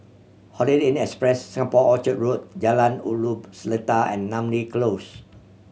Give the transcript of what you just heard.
Holiday Inn Express Singapore Orchard Road Jalan Ulu Seletar and Namly Close